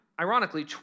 ironically